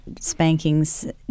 spankings